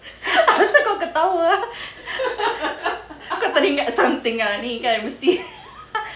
asal kau ketawa ah kau teringat something ah ni kan mesti